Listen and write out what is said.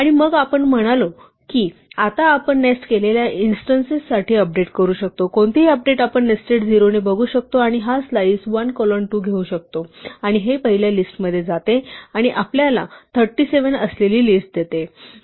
आणि मग आपण म्हणालो की आपण आता नेस्ट केलेल्या इन्स्टेन्सस साठी अपडेट करू शकतो कोणतेही अपडेट आपण नेस्टेड 0 ने बघू शकतो आणि हा स्लाईस 1 कोलन 2 घेऊ शकतो आणि हे पहिल्या लिस्टमध्ये जाते आणि आपल्याला 37 असलेली लिस्ट देते